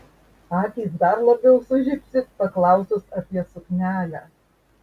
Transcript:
akys dar labiau sužibsi paklausus apie suknelę